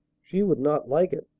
she would not like it,